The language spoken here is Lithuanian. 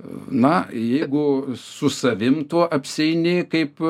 na jeigu su savim tu apsieini kaip